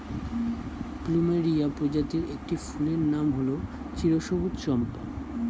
plumeria প্রজাতির একটি ফুলের নাম হল চিরসবুজ চম্পা